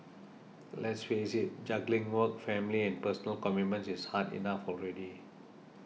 let's face it juggling work family and personal commitments is hard enough already